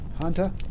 hunter